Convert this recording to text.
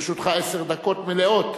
לרשותך עשר דקות מלאות.